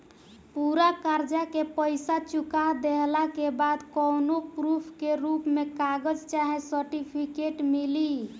पूरा कर्जा के पईसा चुका देहला के बाद कौनो प्रूफ के रूप में कागज चाहे सर्टिफिकेट मिली?